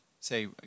Say